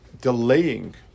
delaying